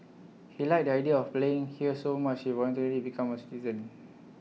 he liked the idea of playing here so much he voluntarily became A citizen